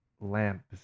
lamps